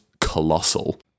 Colossal